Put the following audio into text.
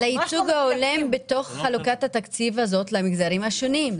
על הייצוג ההולם בתקציב הזה למגזרים השונים.